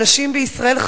הנשים בישראל,